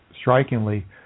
strikingly